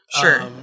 Sure